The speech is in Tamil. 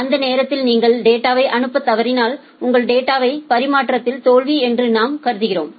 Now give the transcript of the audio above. அந்த நேரத்தில் நீங்கள் டேட்டாவை அனுப்பத் தவறினால் உங்கள் டேட்டாவை பரிமாற்றதில் தோல்வி என்று நாம் கருதுகிறோம்